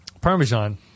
parmesan